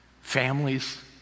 families